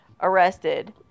arrested